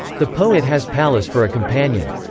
the poet has pallas for a companion.